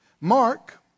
Mark